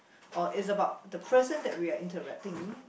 or is about the person that we are interacting